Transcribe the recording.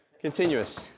Continuous